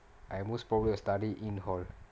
I most probably you study in hall